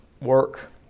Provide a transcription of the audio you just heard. work